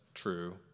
true